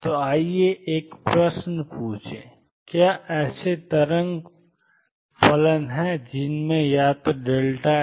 तो आइए एक प्रश्न पूछें क्या ऐसे तरंग फलन हैं जिनमें या तो x0 है